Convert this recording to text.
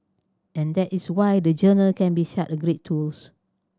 and that is why the journal can be such a great tool